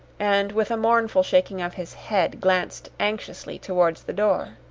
and with a mournful shaking of his head, glanced anxiously towards the door.